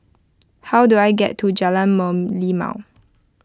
how do I get to Jalan Merlimau